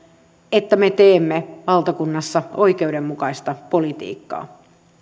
että me teemme valtakunnassa oikeudenmukaista politiikkaa